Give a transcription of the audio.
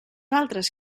altres